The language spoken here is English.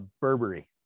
Burberry